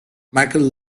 michael